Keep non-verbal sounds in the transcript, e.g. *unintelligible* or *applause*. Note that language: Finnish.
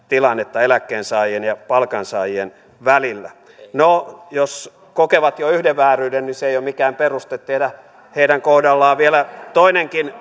tilannetta eläkkeensaajien ja palkansaajien välillä no jos kokevat jo yhden vääryyden niin se ei ole mikään peruste tehdä heidän kohdallaan vielä toinenkin *unintelligible*